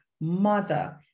mother